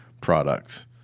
product